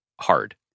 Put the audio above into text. hard